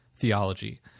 theology